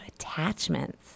attachments